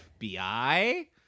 FBI